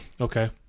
okay